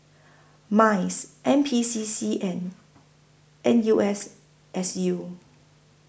Mice N P C C and N U S S U